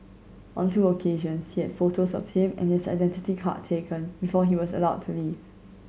on two occasions she had photos of him and his identity card taken before he was allowed to leave